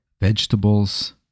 vegetables